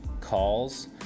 calls